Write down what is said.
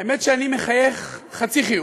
האמת היא שאני מחייך חצי חיוך,